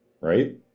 Right